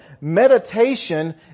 Meditation